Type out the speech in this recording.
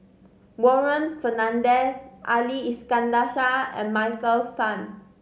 Warren Fernandez Ali Iskandar Shah and Michael Fam